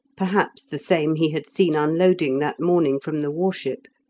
perhaps the same he had seen unloading that morning from the war-ship,